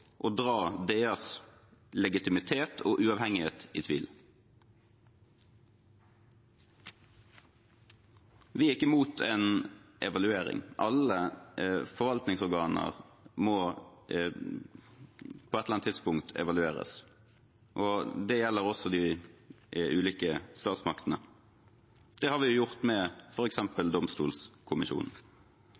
dra DAs legitimitet og uavhengighet i tvil. Vi er ikke imot en evaluering. Alle forvaltningsorganer må på et eller annet tidspunkt evalueres, og det gjelder også de ulike statsmaktene. Det har vi gjort med